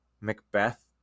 Macbeth